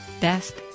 best